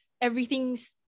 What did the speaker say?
everything's